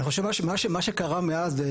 אני חושב שמה שקרה מאז,